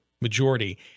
majority